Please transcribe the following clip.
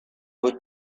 would